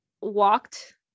walked